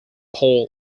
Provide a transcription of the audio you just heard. paul